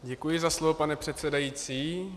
Děkuji za slovo, pane předsedající.